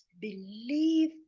believe